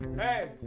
Hey